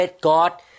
God